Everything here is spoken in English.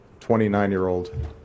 29-year-old